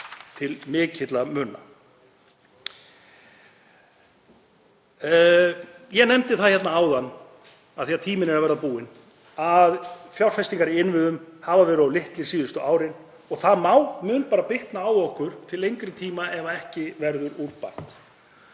til mikilla muna. Ég nefndi það hér áðan, af því að tíminn er að verða búinn, að fjárfestingar í innviðum hafa verið of litlar síðustu árin og það mun bitna á okkur til lengri tíma ef ekki verður úr bætt.